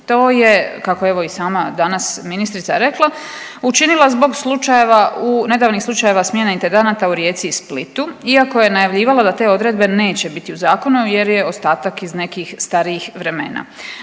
To je kako je evo i sama danas ministrica rekla učinila zbog slučajeva, nedavnih slučajeva smjene intendanata u Rijeci i Splitu iako je najavljivala da te odredbe neće biti u zakonu jer je ostatak iz nekih starijih vremena.